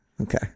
Okay